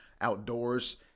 Outdoors